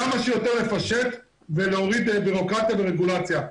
כמה שיותר לפשט ולהוריד בירוקרטיה ורגולציה.